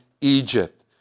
Egypt